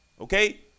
Okay